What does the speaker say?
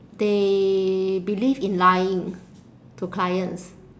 they believe in lying to clients